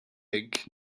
hekk